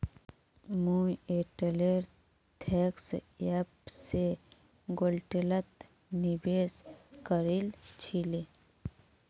मुई Airtel thanks app स गोल्डत निवेश करील छिले